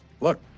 look